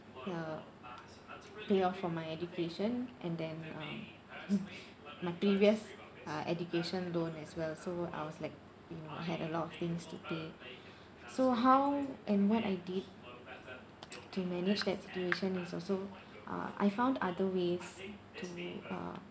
uh pay off for my education and then um my previous uh education loan as well so I was like you know I had a lot of things to pay so how and what I did to manage that situation is also uh I found other ways to uh